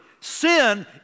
sin